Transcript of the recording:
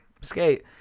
skate